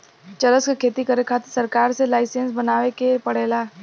चरस क खेती करे खातिर सरकार से लाईसेंस बनवाए के पड़ेला